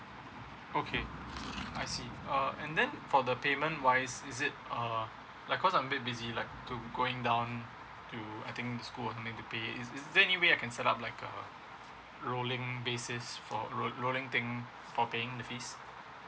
okay I see uh and then for the payment wise is it uh like cause I'm a bit busy like to going down to I think school or maybe pay is is there anyway I can set up like a rolling basis for rol~ rolling thing for paying the fees